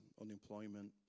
unemployment